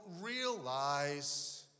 realize